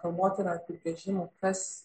kalbotyroje apibrėžimų kas